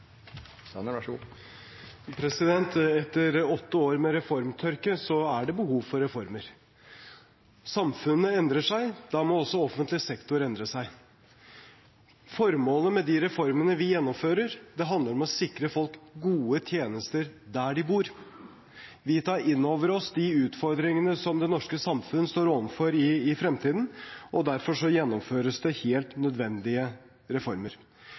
det behov for reformer. Samfunnet endrer seg, da må også offentlig sektor endre seg. Formålet med de reformene vi gjennomfører, er å sikre folk gode tjenester der de bor. Vi tar inn over oss de utfordringene det norske samfunnet står overfor i fremtiden, og derfor gjennomføres det helt nødvendige reformer.